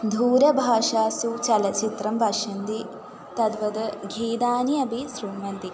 दूरभाषासु चलच्चित्रं पश्यन्ति तद्वत् गीतानि अपि श्रुण्वन्ति